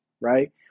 right